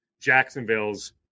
Jacksonville's